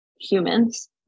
humans